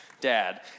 dad